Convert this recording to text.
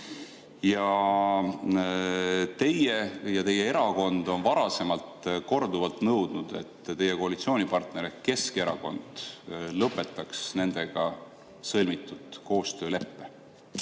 Teie ja teie erakond on varasemalt korduvalt nõudnud, et teie koalitsioonipartner Keskerakond lõpetaks nendega sõlmitud koostööleppe. Nüüd